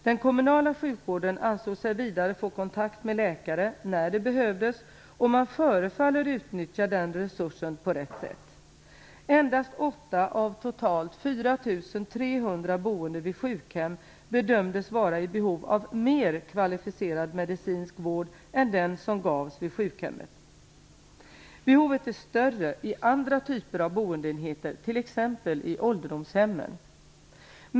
Den kommunala sjukvården ansåg sig vidare få kontakt med läkare när det behövdes, och man förefaller utnyttja den resursen på ett adekvat sätt. Endast 8 av totalt 4 300 boende vid sjukhem bedömdes vara i behov av mer kvalificerad medicinsk vård än den som gavs vid sjukhemmet. Behovet är större i andra typer av boendeenheter, t.ex. i ålderdomshemmen.